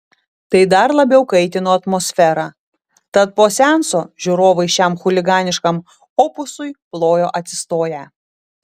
tai dar labiau kaitino atmosferą tad po seanso žiūrovai šiam chuliganiškam opusui plojo atsistoję